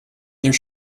there